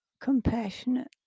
compassionate